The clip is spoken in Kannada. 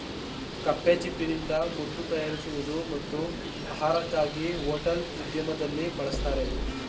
ಕಪ್ಪೆಚಿಪ್ಪಿನಿಂದ ಮುತ್ತು ತಯಾರಿಸುವುದು ಮತ್ತು ಆಹಾರಕ್ಕಾಗಿ ಹೋಟೆಲ್ ಉದ್ಯಮದಲ್ಲಿ ಬಳಸ್ತರೆ